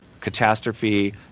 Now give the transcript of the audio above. catastrophe